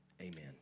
Amen